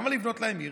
למה לבנות להם עיר?